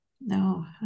no